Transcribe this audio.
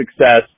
success